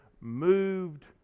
moved